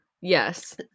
Yes